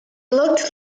looked